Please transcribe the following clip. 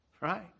right